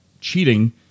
cheating